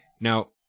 now